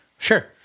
Sure